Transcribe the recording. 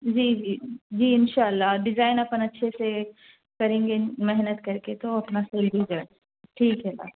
جی جی جی ان شاء اللہ ڈیزائن اپن اچھے سے کریں گے محنت کر کے تو اپنا سیل ہو جائے ٹھیک ہے میم